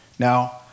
Now